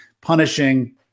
punishing